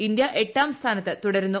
India എട്ടാം സ്ഥാനത്ത് തുടരുന്നു